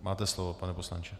Máte slovo, pane poslanče.